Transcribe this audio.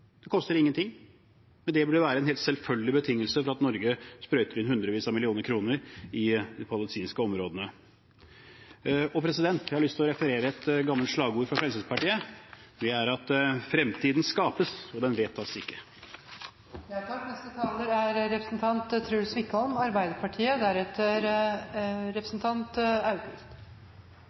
det burde være en helt selvfølgelig betingelse for at Norge skal sprøyte inn hundrevis av millioner kroner i de palestinske områdene. Jeg har lyst å referere til et gammelt slagord fra Fremskrittspartiet: «Fremtiden skapes – den vedtas ikke!» Det